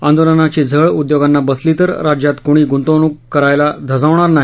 आंदोलनाची झळ उद्योगांना बसली तर राज्यात कुणी गुंतवणूक करायला धजावणार नाही